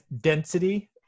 density